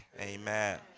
Amen